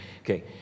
Okay